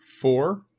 four